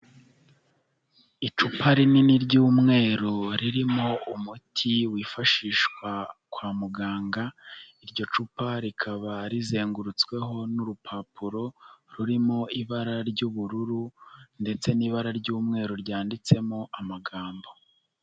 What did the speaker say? Icupa rinini ry'umweru ririmo umuti wifashishwa kwa muganga. Iryo cupa rikaba rizengurutsweho n'urupapuro rurimo ibara ry'ubururu ndetse n'ibara ry'umweru ryanditsemo amagambo.